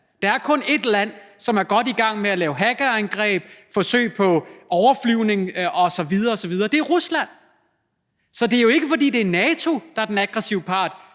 Der er kun et land, som er godt i gang med at lave hackerangreb, forsøg på overflyvning osv. osv.: Det er Rusland. Så det er jo ikke, fordi det er NATO, der er den aggressive part.